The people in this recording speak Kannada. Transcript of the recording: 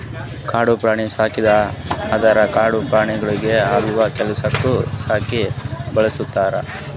ಕಾಡು ಪ್ರಾಣಿ ಸಾಕದ್ ಅಂದುರ್ ಕಾಡು ಪ್ರಾಣಿಗೊಳಿಗ್ ಹೊಲ್ದು ಕೆಲಸುಕ್ ಸಾಕಿ ಬೆಳುಸ್ತಾರ್